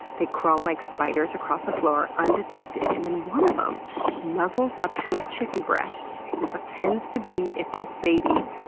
they crawl like spiders across a floor undetected, and then one of them nuzzles up to a chicken breast and pretends to be its baby.